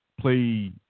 play